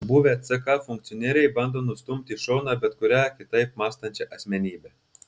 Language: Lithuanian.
buvę ck funkcionieriai bando nustumti į šoną bet kurią kitaip mąstančią asmenybę